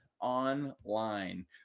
Online